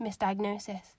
misdiagnosis